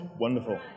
Wonderful